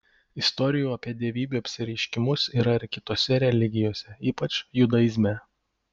istorijų apie dievybių apsireiškimus yra ir kitose religijose ypač judaizme